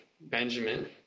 Benjamin